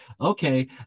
okay